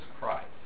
Christ